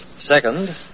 Second